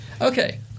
Okay